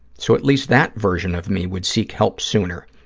so at least that version of me would seek help sooner,